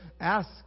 ask